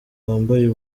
wambaye